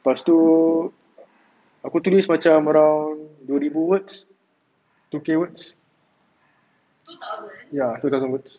lepas tu aku tulis macam dua ribu words two K words ya two thousand words